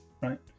right